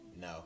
no